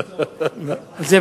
מה התוצאות?